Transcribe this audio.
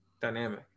dynamic